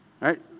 right